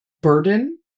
burden